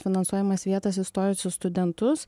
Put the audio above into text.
finansuojamas vietas įstojusių studentus